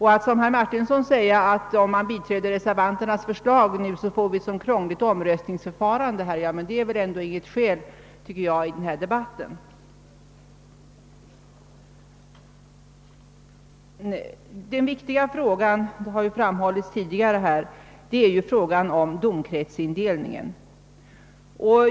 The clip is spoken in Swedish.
Herr Martinsson säger att ett bifall till reservanternas förslag skulle medföra ett krångligt omröstningsförfaran de, men detta anser jag inte vara något skäl som bör anföras i denna debatt. Det viktiga är frågan om domkretsindelningen.